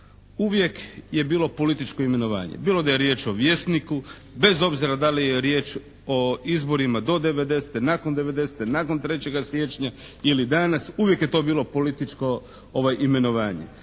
uvijek je bilo političko imenovanje. Bilo da je riječ o "Vjesniku", bez obzira da li je riječ o izborima do '90., nakon '90. nakon 03. siječnja ili danas, uvijek je to bilo političko imenovanje.